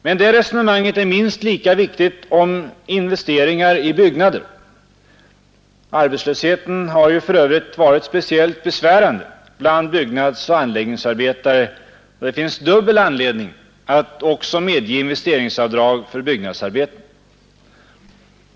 Men det resonemanget är minst lika viktigt om investeringar i byggnader. Arbetslösheten har ju för övrigt varit speciellt besvärande bland byggnadsoch anläggningsarbetare, så det finns dubbel anledning att medge investeringsavdrag också för byggnadsarbeten.